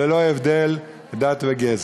ללא הבדל דת וגזע.